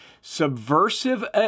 subversive